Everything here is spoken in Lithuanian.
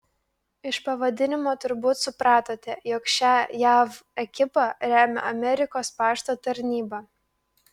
iš pavadinimo turbūt supratote jog šią jav ekipą remia amerikos pašto tarnyba